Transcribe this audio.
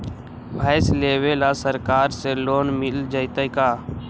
भैंस लेबे ल सरकार से लोन मिल जइतै का?